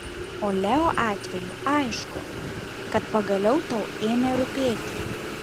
o leo atveju aišku kad pagaliau tau ėmė rūpėti